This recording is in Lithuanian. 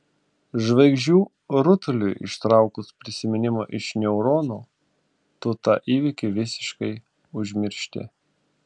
žvaigždžių rutuliui ištraukus prisiminimą iš neuronų tu tą įvykį visiškai užmiršti